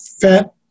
fat